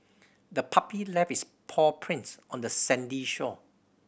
the puppy left its paw prints on the sandy shore